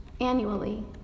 annually